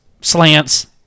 slants